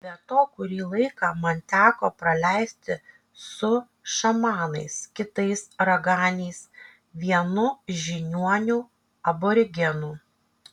be to kurį laiką man teko praleisti su šamanais kitais raganiais vienu žiniuoniu aborigenu